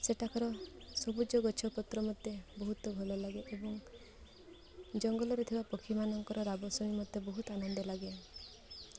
ସେଠାକାର ସବୁଜ ଗଛ ପତ୍ର ମୋତେ ବହୁତ ଭଲ ଲାଗେ ଏବଂ ଜଙ୍ଗଲରେ ଥିବା ପକ୍ଷୀମାନଙ୍କର ରାବ ଶୁଣି ମତେ ବହୁତ ଆନନ୍ଦ ଲାଗେ